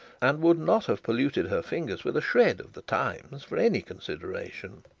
and would not have polluted her fingers with a shred of the times for any consideration.